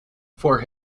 for